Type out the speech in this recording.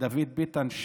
דוד ביטן,